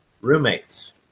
roommates